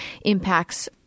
impacts